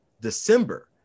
december